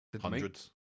Hundreds